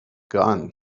gun